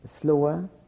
slower